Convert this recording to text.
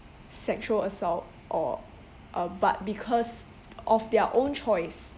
sexual assault or uh but because of their own choice